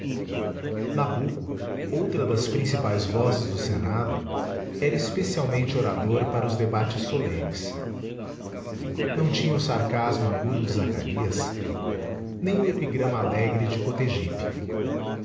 nabuco outra das principais vozes do senado era especialmente orador para os debates solenes não tinha o sarcasmo agudo de zacarias nem o epigrama alegre de cotegipe